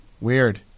Weird